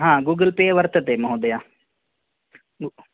हा Google Pay वर्तते महोदय गु